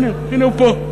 הנה, הוא פה.